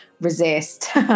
resist